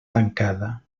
tancada